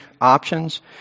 options